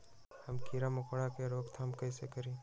हम किरा मकोरा के रोक थाम कईसे करी?